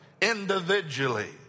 individually